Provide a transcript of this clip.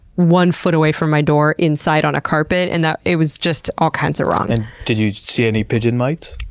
one foot away from my door, inside on a carpet, and that it was just all kinds of wrong. and did you see any pigeon mites?